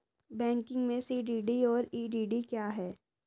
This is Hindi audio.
बैंकिंग में सी.डी.डी और ई.डी.डी क्या हैं?